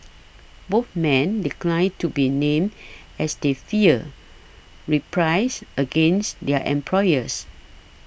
both men declined to be named as they feared reprisals against their employers